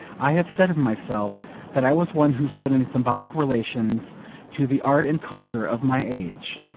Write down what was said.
i have said of myself that i was one who stood in symbolic relations to the art and culture of my age.